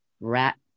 rat